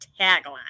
tagline